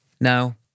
Now